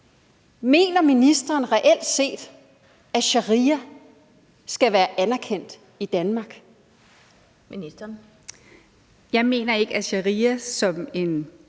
Mener ministeren reelt set, at sharia skal være anerkendt i Danmark? Kl. 12:40 Den fg. formand